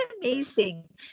amazing